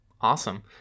Awesome